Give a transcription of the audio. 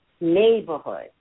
neighborhood